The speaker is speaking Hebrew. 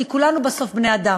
כי כולנו בסוף בני-אדם,